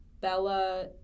Bella